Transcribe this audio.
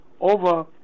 over